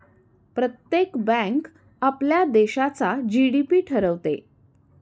प्रत्येक बँक आपल्या देशाचा जी.डी.पी ठरवते